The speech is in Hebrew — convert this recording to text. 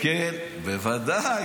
--- בוודאי.